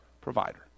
provider